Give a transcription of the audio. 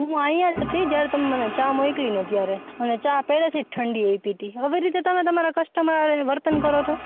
હું અહિયાં જ હતી જ્યારે તમે મને ચા મોઈકલી અત્યારે મને ચા પેલીથી જ ઠંડી અઈપીતી હવી રીતે તમે તમારા કસ્ટમબર હારે વર્તન કરો છો